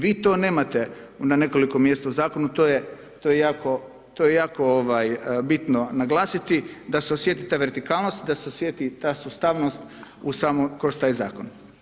Vi to nemate na nekoliko mjesta u zakonu, to je jako bitno naglasiti, da se osjeti ta vertikalnost, da se osjeti ta sustavnost kroz taj zakon.